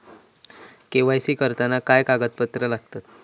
KYC करताना काय कागदपत्रा लागतत?